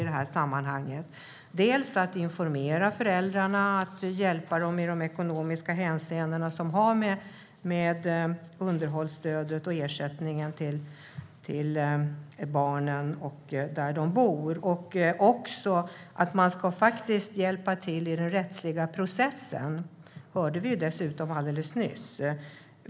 Det handlar om att informera föräldrarna och hjälpa dem i de ekonomiska hänseenden som har att göra med underhållsstödet och ersättningen till barnen där de bor och också att hjälpa till i den rättsliga processen - det hörde vi dessutom alldeles nyss.